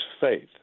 faith